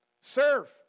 serve